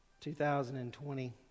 2020